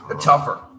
tougher